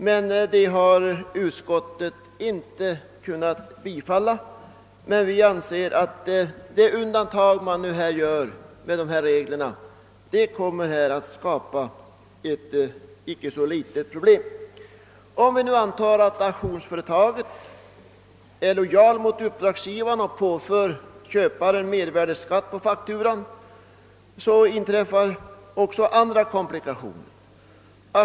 Detta yrkande har utskottet dock inte kunnat tillstyrka. Vi anser emellertid att de undantag som de föreslagna reglerna innebär kommer att skapa ett icke så litet problem. Om vi antar att auktionsföretaget är lojalt mot uppdragsgivaren och påför köparen mervärdeskatt på fakturan, finner vi att också andra komplikationer inträffar.